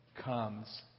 comes